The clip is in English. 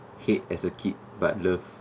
hate as a kid but love